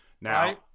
Now